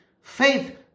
faith